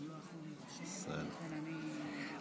למה מעבירים סמכות כזאת משר המשפטים לשר הביטחון.